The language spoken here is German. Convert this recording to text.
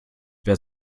wer